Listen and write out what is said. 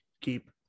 keep